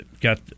got